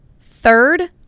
third